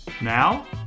Now